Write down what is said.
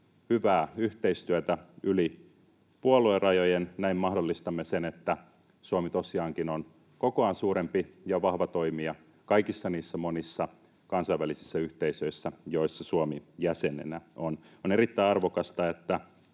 hyvää yhteistyötä yli puoluerajojen. Näin mahdollistamme sen, että Suomi tosiaankin on kokoaan suurempi ja vahva toimija kaikissa niissä monissa kansainvälisissä yhteisöissä, joissa Suomi jäsenenä on. On erittäin arvokasta, että